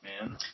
man